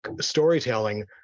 storytelling